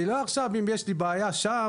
זה לא שאם יש לי בעיה שם,